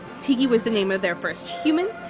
tiki was the name of their first human,